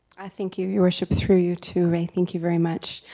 i thank you your worship, through you to, i thank you very much.